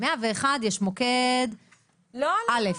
ב-101 יש מוקד א',